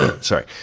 Sorry